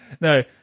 No